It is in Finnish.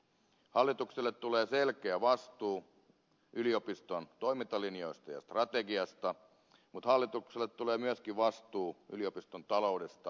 hallitukselle tulee selkeä vastuu yliopiston toimintalinjoista ja strategiasta mutta hallitukselle tulee myöskin vastuu yliopiston taloudesta ja henkilöstöstä